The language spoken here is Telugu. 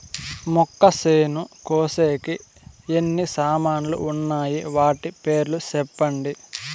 మొక్కచేను కోసేకి ఎన్ని సామాన్లు వున్నాయి? వాటి పేర్లు సెప్పండి?